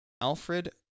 Alfred